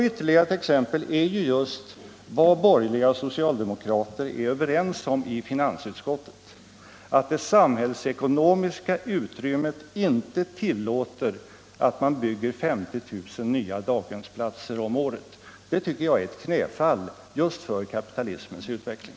Ytterligare ett exempel är just vad de borgerliga och socialdemokraterna påstår i finansutskottet, nämligen att det samhällsekonomiska utrymmet inte tillåter att man bygger 50 000 nya daghemsplatser om året. Det anser jag är ett knäfall för kapitalismens utveckling.